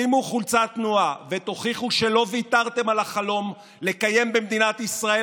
שימו חולצת תנועה ותוכיחו שלא ויתרתם על החלום לקיים במדינת ישראל